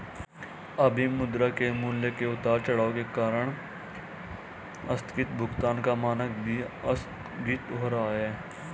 अभी मुद्रा के मूल्य के उतार चढ़ाव के कारण आस्थगित भुगतान का मानक भी आस्थगित हो रहा है